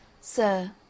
Sir